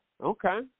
Okay